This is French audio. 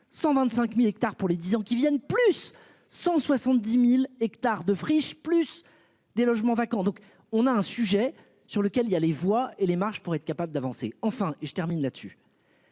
125.000 hectares pour les 10 ans qui viennent plus 170.000 hectares de friches plus des logements vacants. Donc on a un sujet sur lequel il y a les voix et les marches pour être capable d'avancer enfin je termine là-dessus.